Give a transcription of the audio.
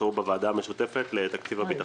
יימסרו בוועדה המשותפת לתקציב הביטחון.